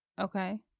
Okay